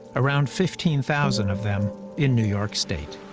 around fifteen thousand of them in new york state.